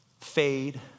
fade